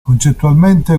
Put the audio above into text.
concettualmente